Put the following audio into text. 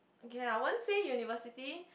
okay I won't say university